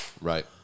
Right